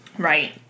Right